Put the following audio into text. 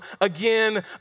again